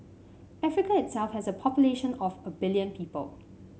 Africa itself has a population of a billion people